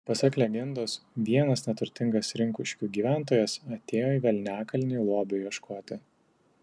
pasak legendos vienas neturtingas rinkuškių gyventojas atėjo į velniakalnį lobio ieškoti